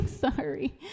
Sorry